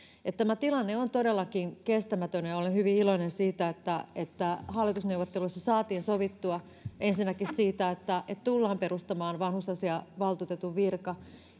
eli tämä tilanne on todellakin kestämätön ja ja olen hyvin iloinen siitä että että hallitusneuvotteluissa saatiin sovittua ensinnäkin siitä että tullaan perustamaan vanhusasiavaltuutetun virka